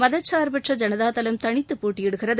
மகச்சார்பற்ற தளம் தனித்தப் போட்டியிடுகிறது